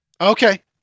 Okay